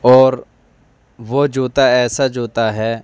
اور وہ جوتا ایسا جوتا ہے